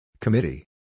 Committee